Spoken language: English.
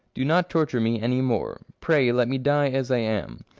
do not torture me any more! pray let me die as i am!